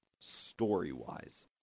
story-wise